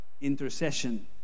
intercession